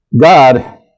God